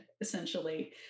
essentially